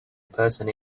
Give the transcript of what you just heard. person